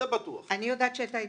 אני יודעת שהייתה התייעצות.